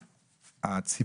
לפי הסברה שלי,